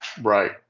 Right